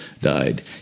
died